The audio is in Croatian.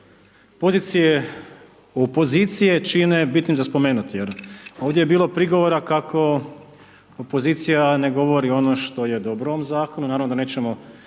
opozicije čine bitnim za spomenuti jer ovdje je bilo prigovora kako opozicija ne govori ono što je dobro u ovom Zakonu. Naravno da nećemo